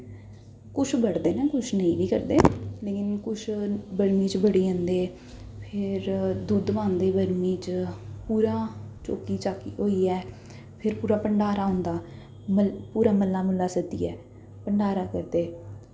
कुछ बड़दे न कुछ नेईं बी करदे कुछ बरमी च बड़ी जंदे फिर दुद्ध पांदे बरमी च पूरा चौक्की चाक्की होइयै फिर पूरा भंडारा होंदा पूरा मह्ल्ला महुल्ला सद्दियै भंडारा करदे